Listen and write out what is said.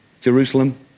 Jerusalem